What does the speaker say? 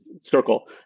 circle